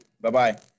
Bye-bye